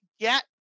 get